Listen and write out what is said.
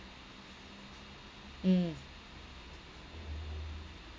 mm